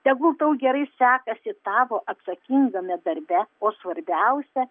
tegu tau gerai sekasi tavo atsakingame darbe o svarbiausia